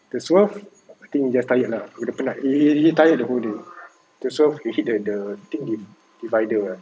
terswerve I think he just tired lah abeh dia penat he he he tired the whole day terswerve he hit the the thing the divider ah